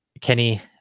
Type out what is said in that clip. Kenny